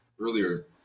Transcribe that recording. earlier